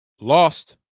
lost